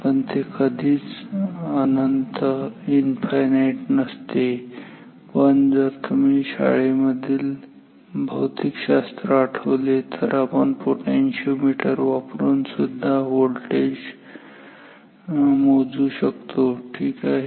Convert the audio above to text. पण ते कधीच अनंत ∞ नसते पण जर तुम्ही तुमच्या शाळेतील भौतिकशास्त्र आठवले तर आपण पोटेन्शिओमीटर वापरून सुद्धा व्होल्टेज समजू शकतो ठीक आहे